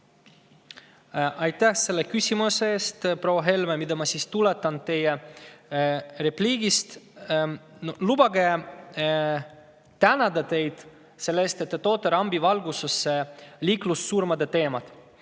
Aitäh selle küsimuse eest, proua Helme! Mida ma siis tuletan teie repliigist? Lubage tänada teid selle eest, et te toote rambivalgusse liiklussurmade teema.